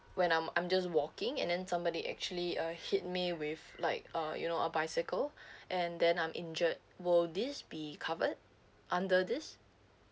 when I'm I'm just walking and then somebody actually uh hit me with like uh you know a bicycle and then I'm injured will this be covered under this